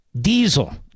Diesel